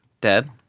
dead